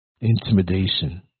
Intimidation